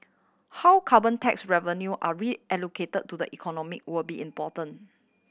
how carbon tax revenue are reallocate to the economy will be important